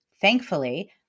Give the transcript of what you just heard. Thankfully